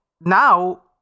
now